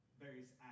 various